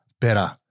better